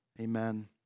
amen